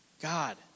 God